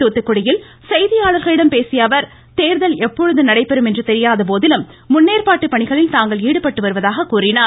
தூத்துக்குடியில் செய்தியாளர்களிடம் பேசிய அவர் தேர்தல் எப்பொழுது நடைபெறும் என்று தெரியாத போதிலும் முன்னேற்பாட்டு பணிகளில் தாங்கள் ஈடுபட்டு வருவதாக கூறினார்